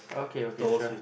okay okay sure